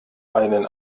einen